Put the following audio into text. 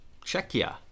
Czechia